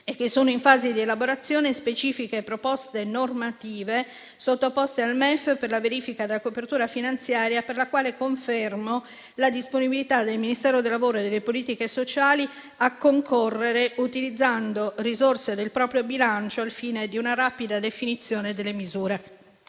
e che sono in fase di elaborazione specifiche proposte normative, sottoposte al MEF per la verifica della copertura finanziaria, per la quale confermo la disponibilità del Ministero del lavoro e delle politiche sociali a concorrere utilizzando risorse del proprio bilancio al fine di una rapida definizione delle misure.